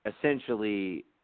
essentially